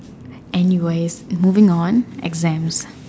anyways moving on exams